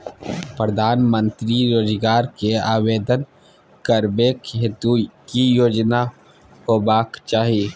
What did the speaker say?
प्रधानमंत्री रोजगार के आवेदन करबैक हेतु की योग्यता होबाक चाही?